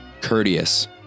courteous